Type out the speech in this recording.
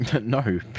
No